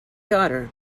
daughter